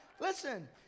Listen